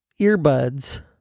earbuds